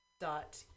dot